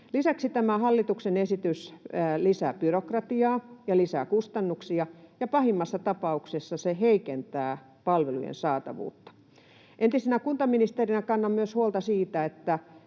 Lisäksi tämä hallituksen esitys lisää byrokratiaa ja lisää kustannuksia, ja pahimmassa tapauksessa se heikentää palvelujen saatavuutta. Entisenä kuntaministerinä kannan myös huolta siitä,